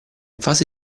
fase